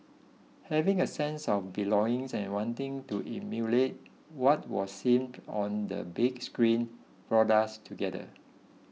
having a sense of belongings and wanting to emulate what was seen on the big screen brought us together